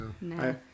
No